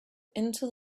into